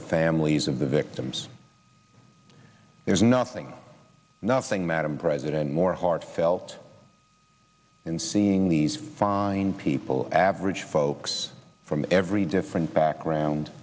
the families of the victims there's nothing nothing madam president more heartfelt in seeing these fine people average folks from every different background